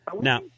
Now